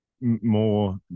more